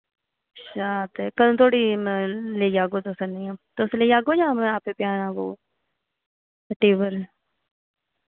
अच्छा ते कदूं धोड़ी म लेई औगे तुस आह्नियै तुस लेई आगो जां में आपें पजाना पौग हट्टी पर